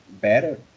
better